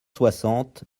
soixante